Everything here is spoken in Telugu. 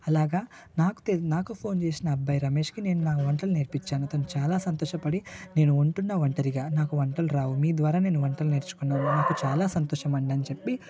అలాగా నాకు నాకు నాకు ఫోన్ చేసిన అబ్బాయి రమేషుకి నా వంటలు నేర్పించాను తను చాలా సంతోషపడి నేను ఉంటున్న ఒంటరిగా నాకు వంటలు రావు మీ ద్వారా నేను వంటలు నేర్చుకున్నాను నాకు చాలా సంతోషమండి అని చెప్పి